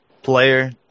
player